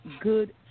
good